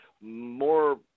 more